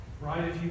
right